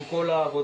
עם כל העבודה,